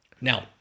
Now